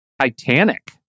Titanic